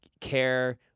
care